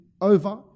over